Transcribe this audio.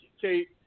Kate